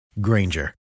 Granger